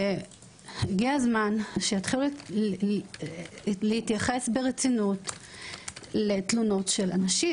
הגיע הזמן שיתחילו להתייחס ברצינות לתלונות של אנשים.